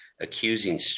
accusing